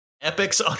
Epic's